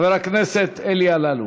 חבר הכנסת אלי אלאלוף.